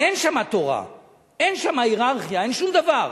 אין שם תורה, אין שם הייררכיה, אין שום דבר.